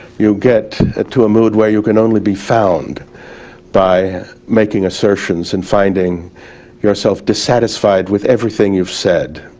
you get ah to a mood where you can only be found by making assertions and finding yourself dissatisfied with everything you've said.